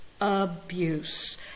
abuse